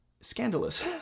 scandalous